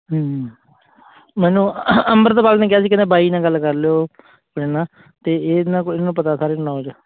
ਹੂੰ ਮੈਨੂੰ ਅੰਮ੍ਰਿਤਪਾਲ ਨੇ ਕਿਹਾ ਸੀ ਕਹਿੰਦਾ ਬਾਈ ਨਾਲ ਗੱਲ ਕਰ ਲਿਓ ਆਪਣੇ ਨਾਲ ਅਤੇ ਇਹਦੇ ਨਾਲ ਕੋਈ ਨਾ ਪਤਾ ਸਾਰੇ ਨੌਲਜ